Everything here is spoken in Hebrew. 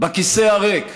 בכיסא הריק: